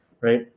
right